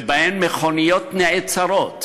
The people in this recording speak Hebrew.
שבהם מכוניות נעצרות